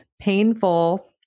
painful